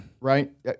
Right